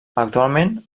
actualment